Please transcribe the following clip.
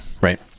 right